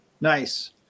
Nice